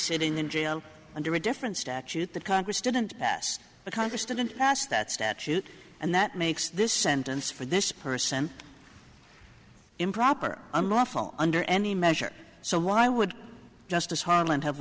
sitting in jail under a different statute that congress didn't pass but congress didn't pass that statute and that makes this sentence for this person improper unlawful under any measure so why would justice harlan have